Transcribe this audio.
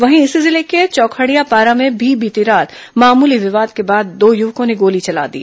वहीं इसी जिले के चौखड़िया पारा में भी बीती रात मामूली विवाद के बाद दो युवकों ने गोली चला दी